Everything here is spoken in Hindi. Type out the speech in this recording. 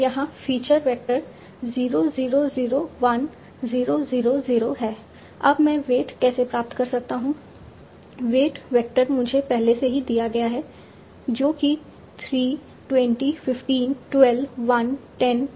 तो यहाँ फीचर वेक्टर 0001000 है अब मैं वेट कैसे प्राप्त कर सकता हूँ वेट वेक्टर मुझे पहले से ही दिया गया है जो कि 3 20 15 12 1 10 20 है